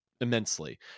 immensely